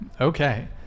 Okay